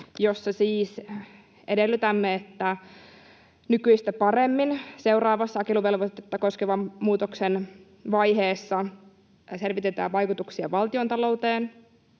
jossa siis edellytämme, että nykyistä paremmin seuraavassa jakeluvelvoitetta koskevan muutoksen vaiheessa selvitetään vaikutuksia valtiontalouteen,